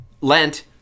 Lent